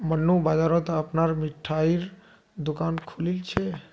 मन्नू बाजारत अपनार मिठाईर दुकान खोलील छ